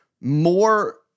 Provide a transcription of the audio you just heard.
More-